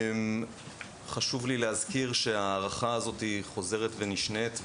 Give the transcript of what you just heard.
חשוב לי להזכיר שההארכה הזאת היא חוזרת ונשנית,